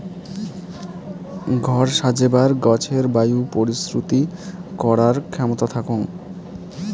ঘর সাজেবার গছের বায়ু পরিশ্রুতি করার ক্ষেমতা থাকং